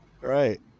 Right